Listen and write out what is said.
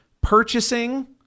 purchasing